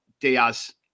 Diaz